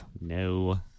No